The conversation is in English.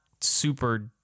super